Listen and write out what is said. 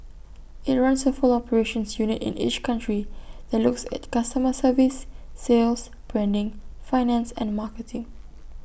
IT runs A full operations unit in each country that looks at customer service sales branding finance and marketing